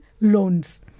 loans